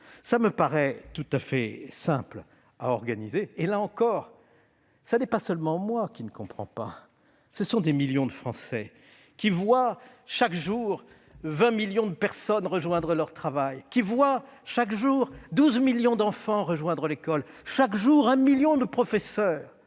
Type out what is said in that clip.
Cela me paraît tout à fait simple à organiser. Ce n'est pas seulement moi qui ne comprends pas ; ce sont aussi des millions de Français qui voient chaque jour vingt millions de personnes rejoindre leur travail, qui voient chaque jour douze millions d'enfants rejoindre l'école, un million de professeurs